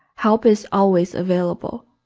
help is always available.